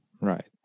Right